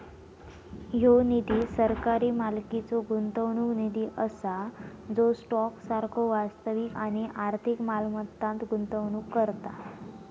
ह्यो निधी सरकारी मालकीचो गुंतवणूक निधी असा जो स्टॉक सारखो वास्तविक आणि आर्थिक मालमत्तांत गुंतवणूक करता